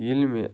ییٚلہِ مےٚ